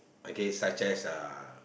okay such as uh